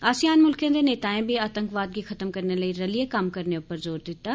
ASEAN मुल्खें दे नेताएं बी आतंकवाद गी खत्म करने लेइ रलियै कम्म करने उप्पर जोर दित्ता